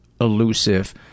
elusive